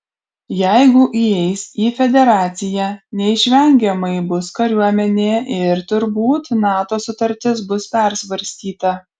jeigu įeis į federaciją neišvengiamai bus kariuomenė ir turbūt nato sutartis bus persvarstyta